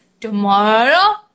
tomorrow